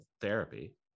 therapy